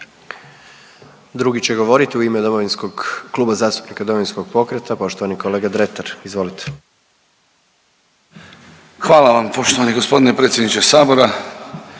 Drugi će govorit u ime Domovinskog, Kluba zastupnika Domovinskog pokreta poštovani kolega Dretar, izvolite. **Dretar, Davor (DP)** Hvala vam poštovani g. predsjedniče sabora.